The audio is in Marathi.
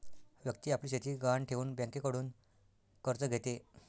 व्यक्ती आपली शेती गहाण ठेवून बँकेकडून कर्ज घेते